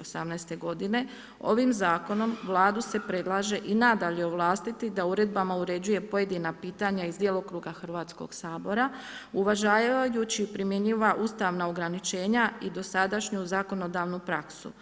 osamnaeste godine, ovim Zakonom Vladu se predlaže i nadalje ovlastiti da uredbama uređuje pojedina pitanja iz djelokruga Hrvatskog sabora uvažavajući primjenjiva ustavna ograničenja i dosadašnju zakonodavnu praksu.